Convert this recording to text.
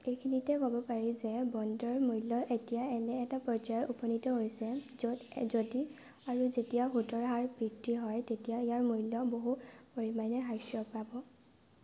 এইখিনিতে ক'ব পাৰি যে বণ্ডৰ মূল্য এতিয়া এনে এটা পৰ্যায়ত উপনীত হৈছে য'ত যদি আৰু যেতিয়া সুতৰ হাৰ বৃদ্ধি হয় তেতিয়া ইয়াৰ মূল্য বহু পৰিমাণে হ্ৰাস পাব